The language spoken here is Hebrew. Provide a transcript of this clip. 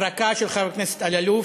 הברקה של חבר כנסת אלאלוף,